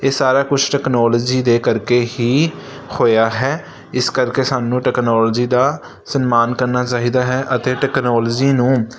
ਇਹ ਸਾਰਾ ਕੁਛ ਟੈਕਨੋਲੋਜੀ ਦੇ ਕਰਕੇ ਹੀ ਹੋਇਆ ਹੈ ਇਸ ਕਰਕੇ ਸਾਨੂੰ ਟੈਕਨੋਲੋਜੀ ਦਾ ਸਨਮਾਨ ਕਰਨਾ ਚਾਹੀਦਾ ਹੈ ਅਤੇ ਟੈਕਨੋਲੋਜੀ ਨੂੰ